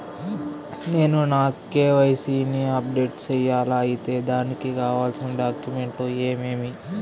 నేను నా కె.వై.సి ని అప్డేట్ సేయాలా? అయితే దానికి కావాల్సిన డాక్యుమెంట్లు ఏమేమీ?